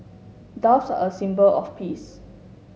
doves are a symbol of peace